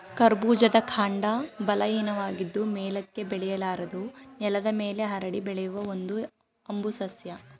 ಕರ್ಬೂಜದ ಕಾಂಡ ಬಲಹೀನವಾಗಿದ್ದು ಮೇಲಕ್ಕೆ ಬೆಳೆಯಲಾರದು ನೆಲದ ಮೇಲೆ ಹರಡಿ ಬೆಳೆಯುವ ಒಂದು ಹಂಬು ಸಸ್ಯ